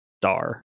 star